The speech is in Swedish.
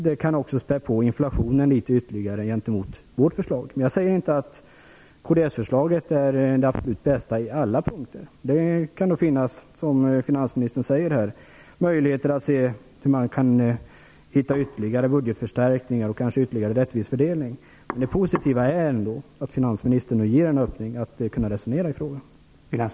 Med detta förslag kan också inflationen späs på litet mer än med vårt förslag. Jag säger inte att kds-förslaget är det absolut bästa på alla punkter. Som finansministern säger kan det finnas skäl att se över hur man skall hitta ytterligare budgetförstärkningar och kanske en mer rättvis fördelning. Det positiva är ändå att finansministern nu ger en öppning för ett resonemang.